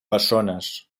bessones